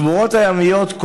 השמורות הימיות,